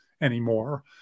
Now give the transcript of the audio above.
anymore